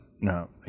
No